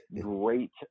great